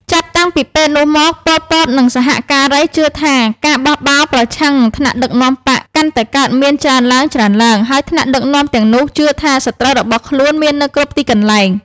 ចាប់តាំងពីពេលនោះមក ប៉ុល ពត និងសហការីជឿថាការបះបោរប្រឆាំងនឹងថ្នាក់ដឹកនាំបក្សកាន់តែកើតមានច្រើនឡើងៗ ហើយថ្នាក់ដឹកនាំទាំងនេះជឿថាសត្រូវរបស់ខ្លួនមាននៅគ្រប់ទីកន្លែង។